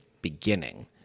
beginning